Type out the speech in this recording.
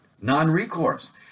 Non-recourse